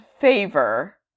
favor